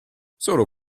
solo